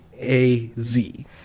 A-Z